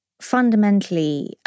fundamentally